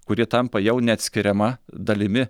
kurie tampa jau neatskiriama dalimi